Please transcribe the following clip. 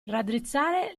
raddrizzare